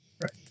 Right